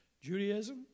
Judaism